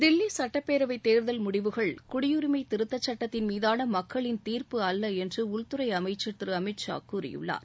தில்லி சட்டப்பேரவை தேர்தல் முடிவுகள் குடியுரிமை திருத்த சட்டத்தின் மீதான மக்களின் தீர்ப்பு அல்ல என்று உள்துறை அமைச்சர் திரு அமித்ஷா கூறியுள்ளார்